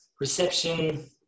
reception